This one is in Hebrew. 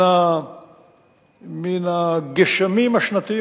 גשמים מהגשמים השנתיים,